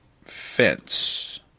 fence